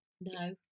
No